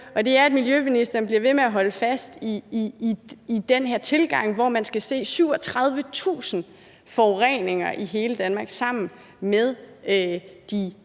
miljøministeren bliver ved med at holde fast i den her tilgang, hvor man skal se de ti store generationsforureninger sammen med